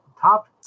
top